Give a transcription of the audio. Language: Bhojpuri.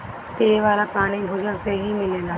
पिये वाला पानी भूजल से ही मिलेला